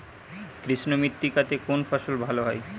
কৃষ্ণ মৃত্তিকা তে কোন ফসল ভালো হয়?